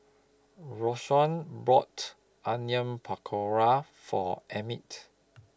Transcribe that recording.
Roseanne bought Onion Pakora For Emmitt